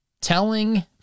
telling